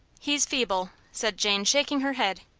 he's feeble, said jane, shaking her head.